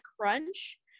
crunch